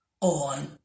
on